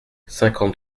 cinquante